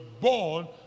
born